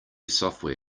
software